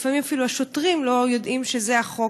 לפעמים אפילו השוטרים לא יודעים שזה החוק,